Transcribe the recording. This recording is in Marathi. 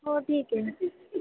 हो ठीक आहे